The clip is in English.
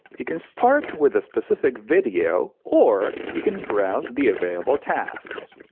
you can start with a specific video or you can browse the available tasks.